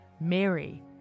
Mary